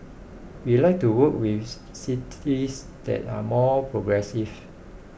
we like to work with cities that are more progressive